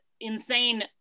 insane